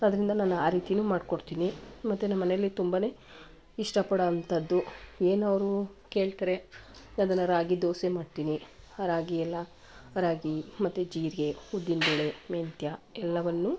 ಅದರಿಂದ ನಾನು ಆ ರೀತಿಯೂ ಮಾಡ್ಕೊಡ್ತೀನಿ ಮತ್ತು ನಮ್ಮನೇಲಿ ತುಂಬನೇ ಇಷ್ಟಪಡುವಂಥದ್ದು ಏನವ್ರು ಕೇಳ್ತಾರೆ ಅದನ್ನು ರಾಗಿ ದೋಸೆ ಮಾಡ್ತೀನಿ ಆ ರಾಗಿ ಎಲ್ಲ ರಾಗಿ ಮತ್ತೆ ಜೀರಿಗೆ ಉದ್ದಿನ ಬೇಳೆ ಮೆಂತ್ಯ ಎಲ್ಲವನ್ನೂ